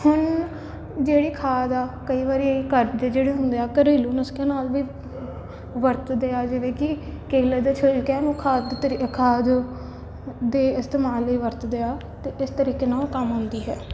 ਹੁਣ ਜਿਹੜੀ ਖਾਦ ਆ ਕਈ ਵਾਰੀ ਘਰਦੇ ਜਿਹੜੇ ਹੁੰਦੇ ਆ ਘਰੇਲੂ ਨੁਸਖੇ ਨਾਲ ਵੀ ਵਰਤਦੇ ਹਾਂ ਜਿਵੇਂ ਕਿ ਕੇਲੇ ਦੇ ਛਿਲਕਿਆਂ ਨੂੰ ਖਾਦ ਖਾਦ ਦੇ ਇਸਤੇਮਾਲ ਲਈ ਵਰਤਦੇ ਹਾਂ ਅਤੇ ਇਸ ਤਰੀਕੇ ਨਾਲ ਉਹ ਕੰਮ ਆਉਂਦੀ ਹੈ